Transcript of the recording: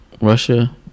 russia